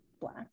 black